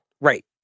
Right